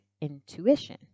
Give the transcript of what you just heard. intuition